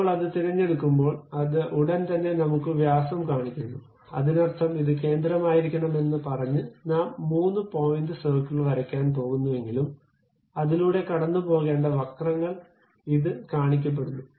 നമ്മൾ അത് തിരഞ്ഞെടുക്കുമ്പോൾ അത് ഉടൻ തന്നെ നമുക്ക് വ്യാസം കാണിക്കുന്നു അതിനർത്ഥം ഇത് കേന്ദ്രമായിരിക്കണമെന്ന് പറഞ്ഞ് നാം മൂന്ന് പോയിന്റ് സർക്കിൾ വരയ്ക്കാൻ പോകുന്നുവെങ്കിലും അതിലൂടെ കടന്നുപോകേണ്ട വക്രങ്ങൾ ഇത് കണക്കാക്കപ്പെടുന്നു